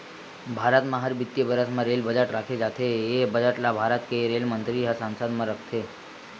भारत म हर बित्तीय बरस म रेल बजट राखे जाथे ए बजट ल भारत के रेल मंतरी ह संसद म रखथे